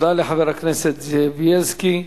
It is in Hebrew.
תודה לחבר הכנסת זאב בילסקי.